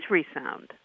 ReSound